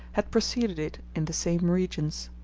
had preceded it in the same regions.